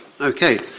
Okay